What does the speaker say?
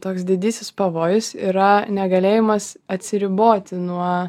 toks didysis pavojus yra negalėjimas atsiriboti nuo